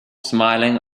smiling